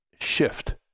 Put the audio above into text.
shift